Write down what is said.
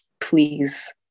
please